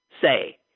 say